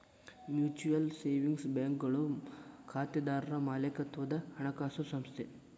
mutual savings ಬ್ಯಾಂಕ್ಗಳು ಖಾತೆದಾರರ್ ಮಾಲೇಕತ್ವದ ಹಣಕಾಸು ಸಂಸ್ಥೆ